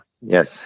Yes